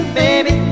baby